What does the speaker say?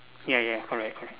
ya ya correct correct